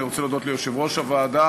אני רוצה להודות ליושב-ראש הוועדה,